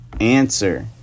answer